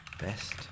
best